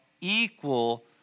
equal